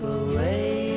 away